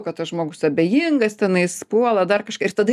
kad tas žmogus abejingas tenais puola dar kažką ir tada